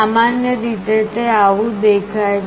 સામાન્ય રીતે તે આવું દેખાય છે